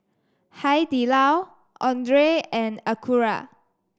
Hai Di Lao Andre and Acura